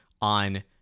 on